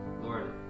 Lord